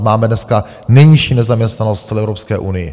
Máme dneska nejnižší nezaměstnanost v celé Evropské unii.